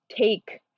take